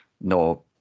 no